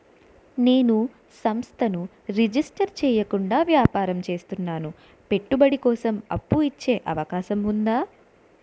నేను సంస్థను రిజిస్టర్ చేయకుండా వ్యాపారం చేస్తున్నాను పెట్టుబడి కోసం అప్పు ఇచ్చే అవకాశం ఉందా?